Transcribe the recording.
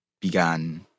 began